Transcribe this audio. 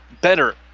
better